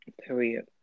Period